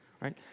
right